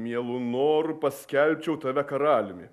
mielu noru paskelbčiau tave karaliumi